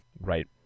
right